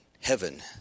heaven